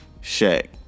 Shaq